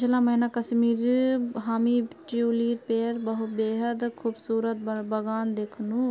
पीछला महीना कश्मीरत हामी ट्यूलिपेर बेहद खूबसूरत बगान दखनू